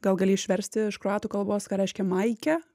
gal gali išversti iš kroatų kalbos ką reiškia maike